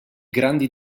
grandi